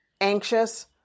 anxious